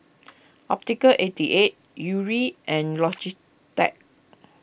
Optical eighty eight Yuri and Logitech